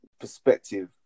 perspective